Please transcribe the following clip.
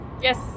Yes